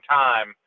time